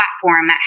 platform